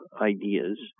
ideas